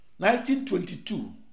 1922